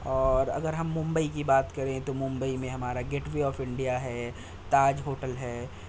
اور اگر ہم ممبئی کی بات کریں تو ممبئی میں ہمارا گیٹ وے آف انڈیا ہے تاج ہوٹل ہے